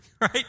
Right